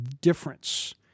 difference